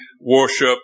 worship